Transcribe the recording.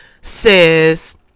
says